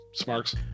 Smarks